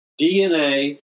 DNA